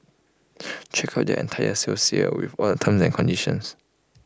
check out their entire sales here with all the terms and conditions